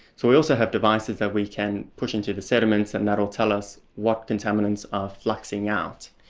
so we also have devices that we can push into the sediments and that'll tell us what contaminants are fluxing out.